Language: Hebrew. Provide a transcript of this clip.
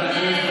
יחד.